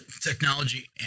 technology